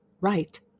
right